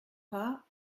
pas